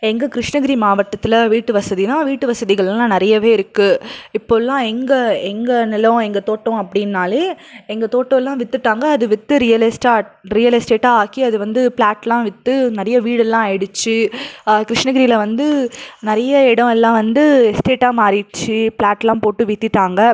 எங்கள் கிருஷ்ணகிரி மாவட்டத்தில் வீட்டு வசதினா வீட்டு வசதிகளெல்லாம் நிறையவே இருக்குது இப்போல்லாம் எங்கள் எங்கள் நிலம் எங்கள் தோட்டம் அப்படின்னாலே எங்கள் தோட்டோலாம் விற்றுட்டாங்க அது விற்று ரியலெஸ்ட்டா ரியல் எஸ்டேட்டாக ஆக்கி அது வந்து ப்ளாட்லாம் விற்று நிறைய வீடு எல்லாம் ஆகிடுச்சு கிருஷ்ணகிரியில் வந்து நிறைய இடம் எல்லாம் வந்து எஸ்டேட்டாக மாறிட்ச்சு ப்ளாட்லாம் போட்டு விற்றுட்டாங்க